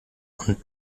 und